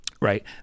right